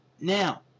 Now